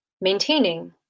maintaining